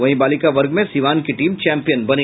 वहीं बालिका वर्ग में सिवान की टीम चैंपियन बनी